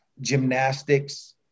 gymnastics